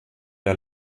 der